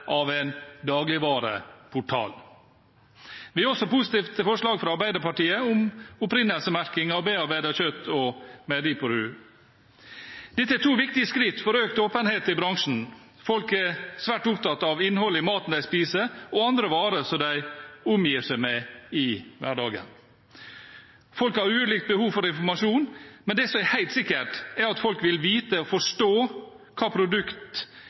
av en dagligvareportal. Vi er også positive til forslaget fra Arbeiderpartiet om opprinnelsesmerking av bearbeidet kjøtt og bearbeidede meieriprodukter. Dette er to viktige skritt for økt åpenhet i bransjen. Folk er svært opptatt av innholdet i maten de spiser, og i andre varer som de omgir seg med i hverdagen. Folk har ulikt behov for informasjon, men det som er helt sikkert, er at folk vil vite og forstå hva